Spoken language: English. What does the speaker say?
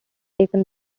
taken